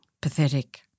Pathetic